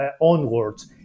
onwards